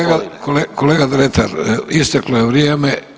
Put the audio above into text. Kolega Dretar, isteklo je vrijeme.